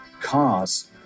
cars